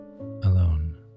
alone